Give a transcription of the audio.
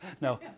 No